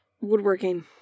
Woodworking